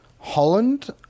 Holland